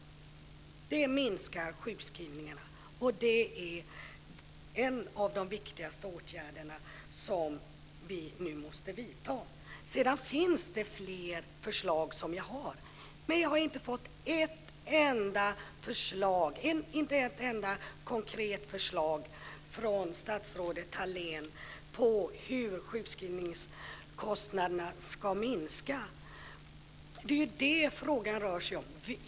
Det minskar sjukskrivningarna, och det är en av de viktigaste åtgärderna vi nu måste vidta. Jag har fler förslag, men jag har inte fått ett enda konkret förslag från statsrådet Thalén om hur sjukskrivningskostnaderna ska minska. Det är det som det rör sig om.